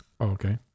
Okay